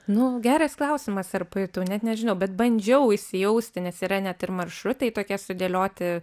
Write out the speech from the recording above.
nu geras klausimas ar pajutau net nežinau bet bandžiau įsijausti nes yra net ir maršrutai tokie sudėlioti